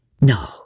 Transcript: No